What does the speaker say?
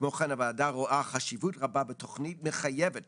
כמו כן, הוועדה רואה חשיבות רבה בתוכנית מחייבת